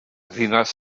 ddinas